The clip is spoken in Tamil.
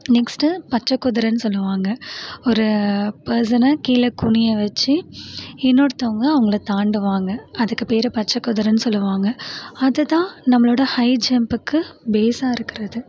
நெக்ஸ்ட்டு பச்சகுதிரன்னு சொல்லுவாங்கள் ஒரு பெர்சனை கீழே குனிய வச்சு இன்னொருத்தவங்க அவங்கள தாண்டுவாங்கள் அதுக்கு பேர் பச்சகுதிரன்னு சொல்லுவாங்கள் அதை தான் நம்மளோட ஹய் ஜம்ப்புக்கு பேஸ்ஸாக இருக்கிறது